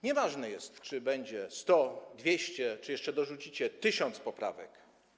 Nieważne jest, czy będzie 100, 200 czy jeszcze dorzucicie 1000 poprawek.